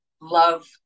love